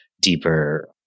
deeper